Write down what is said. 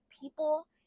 people